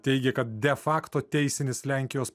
teigė kad de fakto teisinis lenkijos